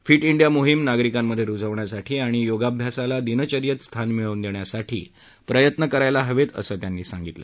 fit India मोहिम नागरिकांमध्ये रुजवण्यासाठी आणि योगाभ्यासाला दिनचयेंत स्थान मिळवून देण्यासाठी प्रयत्न करायला हवेत असं त्यांनी सांगितलं